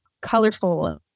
colorful